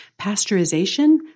Pasteurization